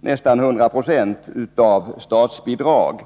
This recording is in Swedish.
nästan 100 96 täcks av statsbidrag.